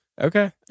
Okay